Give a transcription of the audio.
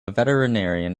veterinarian